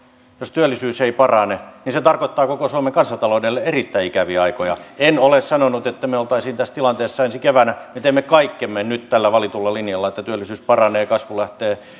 jos työllisyys ei parane niin se tarkoittaa koko suomen kansantaloudelle erittäin ikäviä aikoja en ole sanonut että me olisimme tässä tilanteessa ensi keväänä me teemme kaikkemme nyt tällä valitulla linjalla että työllisyys paranee kasvu lähtee